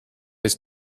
his